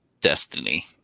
destiny